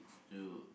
to